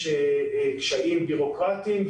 יש קשיים בירוקרטיים.